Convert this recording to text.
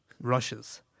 rushes